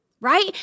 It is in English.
right